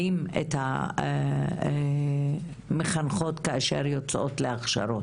את המחנכות כאשר הן יוצאות להכשרות?